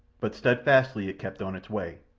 but steadfastly it kept on its way,